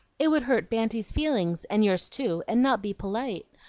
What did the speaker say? it would hurt banty's feelings, and yours too, and not be polite.